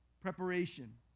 preparation